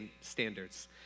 standards